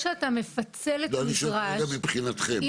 אם